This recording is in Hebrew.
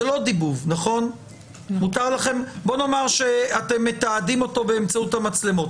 זה לא דיבוב בואו נאמר שאתם מתעדים אותו באמצעות המצלמות.